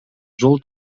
жол